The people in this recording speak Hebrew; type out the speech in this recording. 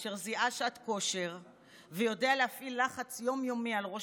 אשר זיהה שעת כושר ויודע להפעיל לחץ יום-יומי על ראש